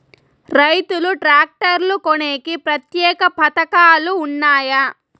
రైతులు ట్రాక్టర్లు కొనేకి ప్రత్యేక పథకాలు ఉన్నాయా?